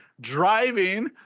driving